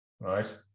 Right